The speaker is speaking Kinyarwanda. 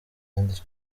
kandi